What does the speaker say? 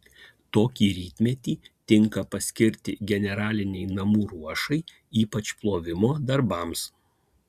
tokį rytmetį tinka paskirti generalinei namų ruošai ypač plovimo darbams